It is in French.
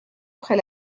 après